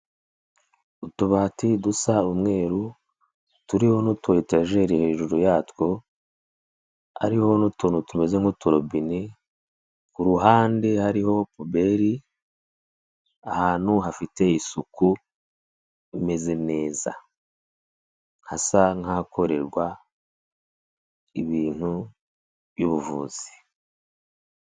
Utubati dusa umweru turiho n'utu etajeri hejuru yatwo, hariho n'utuntu tumeze nk'uturobine, ku ruhande hariho puberi, ahantu hafite isuku imeze neza. Hasa nk'akorerwa ibintu by'ubuvuzi.